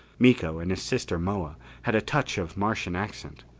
miko and his sister moa, had a touch of martian accent,